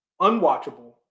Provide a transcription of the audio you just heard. unwatchable